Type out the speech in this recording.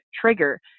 trigger